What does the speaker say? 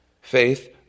Faith